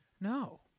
No